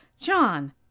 John